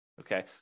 Okay